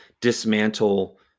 dismantle